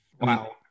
Wow